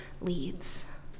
leads